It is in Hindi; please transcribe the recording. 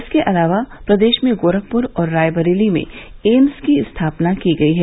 इसके अलावा प्रदेश में गोरखपुर और रायबरेली में एम्स की स्थापना की गयी है